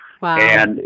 Wow